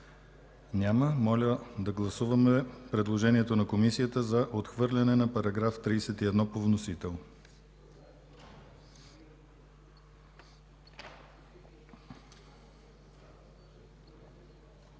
Няма. Моля да гласуваме предложението на Комисията за отхвърляне на § 35 по вносител.